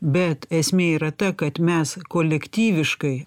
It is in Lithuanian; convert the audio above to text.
bet esmė yra ta kad mes kolektyviškai